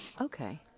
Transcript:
Okay